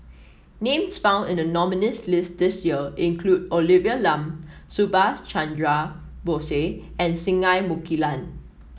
names found in the nominees' list this year include Olivia Lum Subhas Chandra Bose and Singai Mukilan